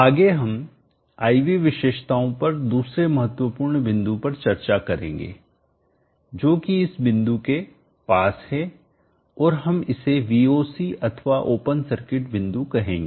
आगे हम I V विशेषताओं पर दूसरे महत्वपूर्ण बिंदु पर चर्चा करेंगेजो कि इस बिंदु के पास है और हम इसे Voc अथवा ओपन सर्किट बिंदु कहेंगे